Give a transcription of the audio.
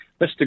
Mr